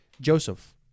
Joseph